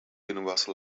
universal